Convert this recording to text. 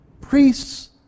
priest's